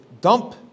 dump